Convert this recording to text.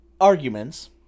arguments